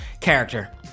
character